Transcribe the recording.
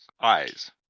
eyes